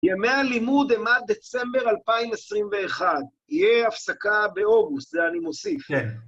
ימי הלימוד הם עד דצמבר 2021. יהיה הפסקה באוגוסט, זה אני מוסיף.